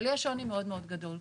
אבל יש שוני מאוד מאוד גדול.